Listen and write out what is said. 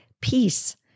peace